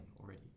already